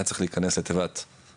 היה צריך להיכנס למעטפה,